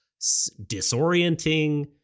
disorienting